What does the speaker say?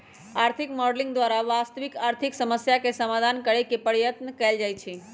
आर्थिक मॉडलिंग द्वारा वास्तविक आर्थिक समस्याके समाधान करेके पर्यतन कएल जाए छै